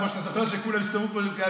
אתה זוכר שכולם הסתובבו פה עם כאלה,